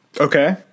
Okay